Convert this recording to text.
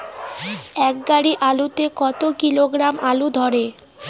এক গাড়ি আলু তে কত কিলোগ্রাম আলু ধরে?